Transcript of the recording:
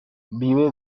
vive